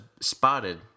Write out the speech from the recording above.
spotted